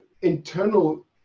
internal